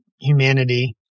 humanity